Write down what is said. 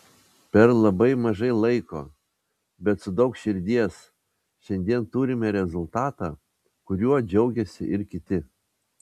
per labai mažai laiko bet su daug širdies šiandien turime rezultatą kuriuo džiaugiasi ir kiti